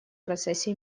процессе